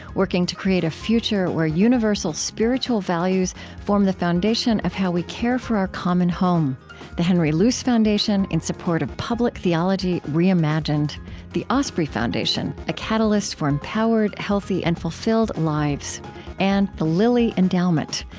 working to create a future where universal spiritual values form the foundation of how we care for our common home the henry luce foundation, in support of public theology reimagined the osprey foundation, a catalyst for empowered, healthy, and fulfilled lives and the lilly endowment,